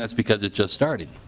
that's because it's just starting.